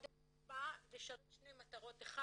באה לשרת שתי מטרות: אחת,